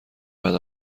بعد